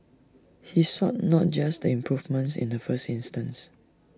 he sought not just the improvements in the first instance